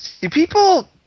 People